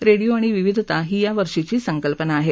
radio आणि विविधता ही या वर्षींची संकल्पना आहे